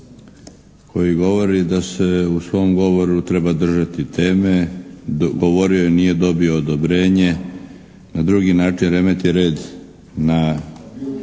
koji govori da se u svom govoru treba držati teme. Govorio je, nije dobio odobrenje. Na drugi način remeti red na